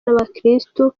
n’abakirisitu